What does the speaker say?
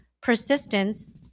persistence